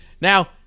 Now